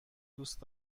دوست